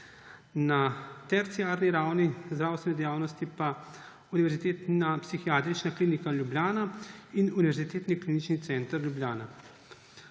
na terciarni ravni zdravstvene dejavnosti pa Univerzitetna psihiatrična klinika Ljubljana in Univerzitetni klinični center Ljubljana.